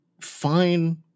fine